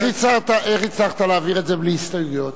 איך הצלחת להעביר את זה בלי הסתייגויות?